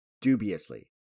dubiously